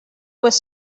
was